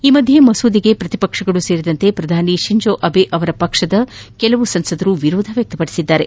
ಈ ಮಧ್ಯೆ ಮಸೂದೆಗೆ ಪ್ರತಿಪಕ್ಷಗಳು ಸೇರಿದಂತೆ ಪ್ರಧಾನಿ ಶಿಂಜೊ ಅಬೆ ಅವರ ಪಕ್ಷದ ಕೆಲವು ಸಂಸದರು ವಿರೋಧ ವ್ಯಕ್ತಪಡಿಸಿದ್ದಾರೆ